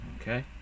Okay